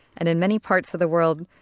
and in many parts of the world,